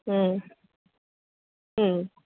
હમ્મ હમ્મ